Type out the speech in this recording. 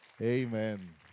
Amen